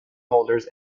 holders